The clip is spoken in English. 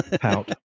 pout